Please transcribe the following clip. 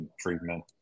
treatment